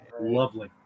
lovely